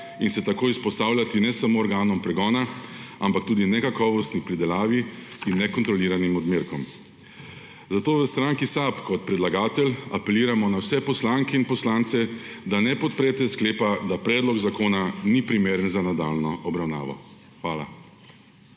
in se tako izpostavljati ne samo organom pregona, ampak tudi nekakovostni pridelavi in nekontroliranim odmerkom. Zato v stranki SAB kot predlagatelj apeliramo na vse poslanke in poslance, da ne podprete sklepa, da predlog zakona ni primeren za nadaljnjo obravnavo.